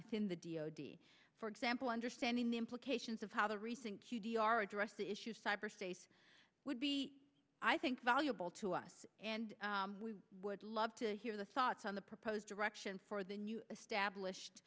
within the d o d for example understanding the implications of how the recent q t r address the issue of cyber space would be i think valuable to us and we would love to hear the thoughts on the proposed directions for the new established